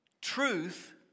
truth